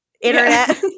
internet